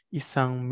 isang